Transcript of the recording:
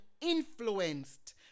influenced